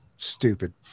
stupid